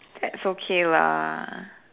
that's okay lah